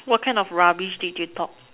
what kind of rubbish did you talk